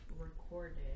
Recorded